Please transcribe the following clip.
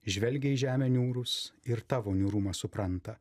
žvelgia į žemę niūrūs ir tavo niūrumą supranta